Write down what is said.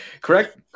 correct